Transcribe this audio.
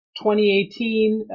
2018